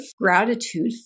gratitude